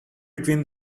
between